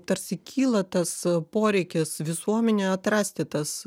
tarsi kyla tas poreikis visuomenėje atrasti tas